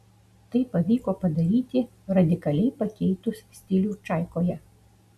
tai pavyko padaryti radikaliai pakeitus stilių čaikoje